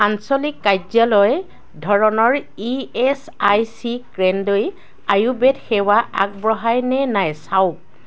আঞ্চলিক কাৰ্যালয় ধৰণৰ ই এছ আই চি কেন্দ্ৰই আয়ুৰ্বেদ সেৱা আগবঢ়াই নে নাই চাওক